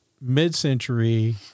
mid-century